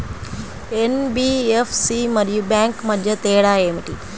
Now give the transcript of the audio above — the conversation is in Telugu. ఎన్.బీ.ఎఫ్.సి మరియు బ్యాంక్ మధ్య తేడా ఏమిటి?